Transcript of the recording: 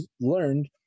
learned